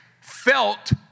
felt